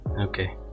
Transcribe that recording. Okay